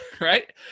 right